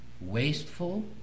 wasteful